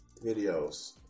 Videos